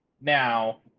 now